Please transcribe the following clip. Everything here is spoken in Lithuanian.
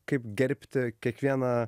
kaip gerbti kiekvieną